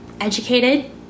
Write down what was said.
educated